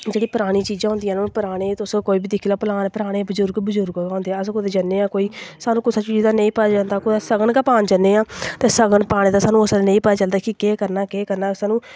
जेह्ड़ी परानी चीज़ां होंदियां न परानी तुस कुछ बी दिक्खी लैओ पराने बजुर्ग बजु्र्ग गै होंदे नअस कुदै जन्ने आं कोई सानूं कुसै चीज़ दा नेईं पता चलदा कुदै सगन गै पान जन्ने आं ते सगन पाने दा उसलै नेईं पता चलदा कि केह् करना केह् करना सानूं